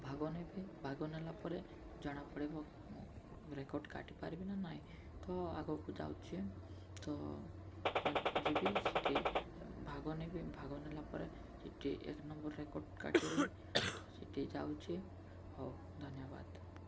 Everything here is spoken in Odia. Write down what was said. ଭାଗ ନେବି ଭାଗ ନେଲା ପରେ ଜଣା ପଡ଼ିବ ମୁଁ ରେକର୍ଡ଼ କାଟିପାରିବି ନା ନାଇଁ ତ ଆଗକୁ ଯାଉଛେ ତ ମୁଁ ଯିବି ସେଠି ଭାଗ ନେବି ଭାଗ ନେଲା ପରେ ସେଠି ଏକ ନମ୍ବର ରେକର୍ଡ଼ କାଟିବି ତ ସେଠି ଯାଉଛି ହଉ ଧନ୍ୟବାଦ